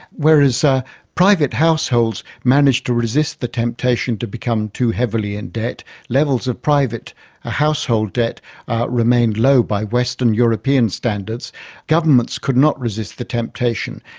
whereas ah private households managed to resist the temptation to become too heavily and debt levels of private household debt remained low by western european standards governments could not resist the temptation.